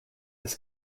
his